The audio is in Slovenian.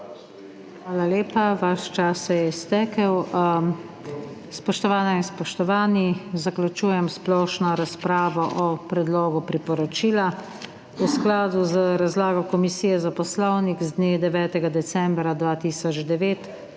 Hvala lepa. Vaš čas se je iztekel. Spoštovane in spoštovani, zaključujem splošno razpravo o predlogu priporočila. V skladu z razlago Komisije za poslovnik z dne 9. decembra 2009